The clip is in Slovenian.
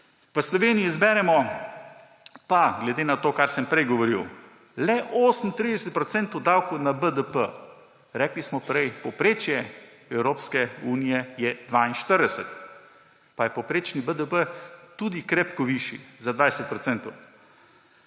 V Sloveniji zberemo glede na to, kar sem prej govoril, le 38 % davkov na BDP. Rekli smo prej, povprečje Evropske unije je 42, pa je povprečni BDP tudi krepko višji, za 20 %.